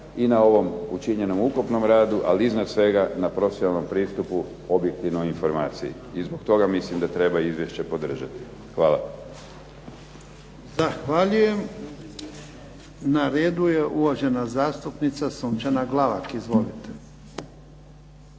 i na ovom učinjenom ukupnom radu, ali izvan svega na profesionalnom pristupu objektivnoj informaciji. I zbog toga mislim da treba izvješće podržati. Hvala. **Jarnjak, Ivan (HDZ)** Zahvaljujem. Na redu je uvažena zastupnica Sunčana Glavak. Izvolite.